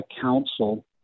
council